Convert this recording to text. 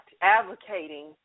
advocating